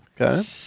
okay